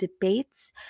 debates